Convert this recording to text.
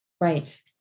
Right